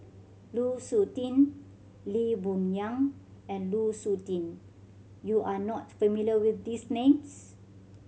Lu Suitin Lee Boon Yang and Lu Suitin you are not familiar with these names